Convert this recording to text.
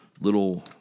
little